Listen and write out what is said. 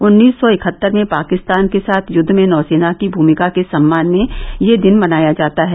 उन्नीस सौ इकहत्तर में पाकिस्तान के साथ युद्ध में नौसेना की भूमिका के सम्मान में यह दिन मनाया जाता है